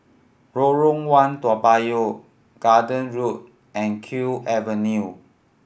Lorong One Toa Payoh Garden Road and Kew Avenue